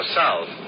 south